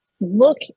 look